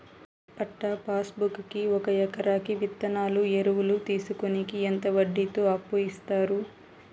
పట్టా passbook కి ఒక ఎకరాకి విత్తనాలు, ఎరువులు తీసుకొనేకి ఎంత వడ్డీతో అప్పు ఇస్తారు?